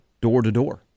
door-to-door